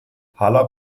haller